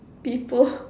people